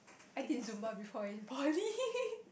I did Zumba before in poly